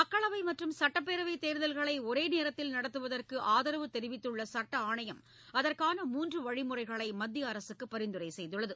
மக்களவை மற்றும் சுட்டப்பேரவை தேர்தல்களை ஒரே நேரத்தில் நடத்துவதற்கு ஆதரவு தெரிவித்துள்ள சுட்ட ஆணையம் அதற்கான மூன்று வழிமுறைகளை மத்திய அரசுக்கு பரிந்துரை செய்துள்ளது